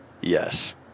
Yes